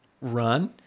run